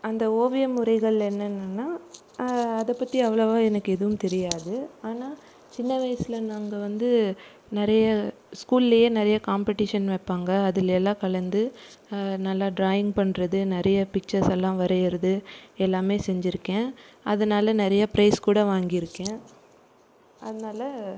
அந்த ஓவிய முறைகள் என்னென்னன்னா அதை பற்றி அவ்வளோவா எனக்கு எதுவும் தெரியாது ஆனால் சின்ன வயசில் நாங்கள் வந்து நிறைய ஸ்கூல்லேயே ன் றைய காம்பெடிஷன் வைப்பாங்க அதில் எல்லாம் கலந்து நல்லா டிராயிங் பண்ணுறது நிறைய பிக்சர்ஸெல்லாம் வரைகிறது எல்லாமே செஞ்சிருக்கேன் அதனால் நிறைய பிரைஸ் கூட வாங்கியிருக்கேன் அதனால்